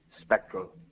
spectral